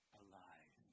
alive